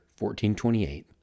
1428